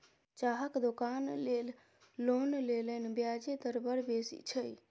चाहक दोकान लेल लोन लेलनि ब्याजे दर बड़ बेसी छै